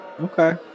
Okay